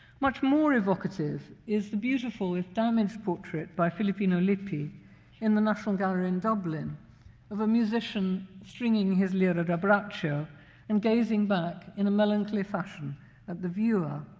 much more evocative is the beautiful if damaged portrait by filippino lippi in the national gallery in dublin of a musician stringing his lira da braccio and gazing gazing back in a melancholy fashion at the viewer.